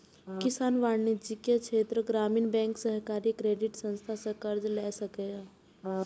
किसान वाणिज्यिक, क्षेत्रीय ग्रामीण बैंक, सहकारी क्रेडिट संस्थान सं कर्ज लए सकैए